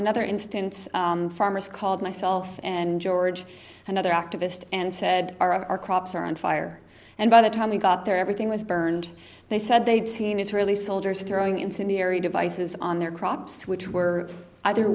another instance farmers called myself and george another activist and said are of our crops are on fire and by the time we got there everything was burned they said they'd seen israeli soldiers throwing in scenary devices on their crops which were either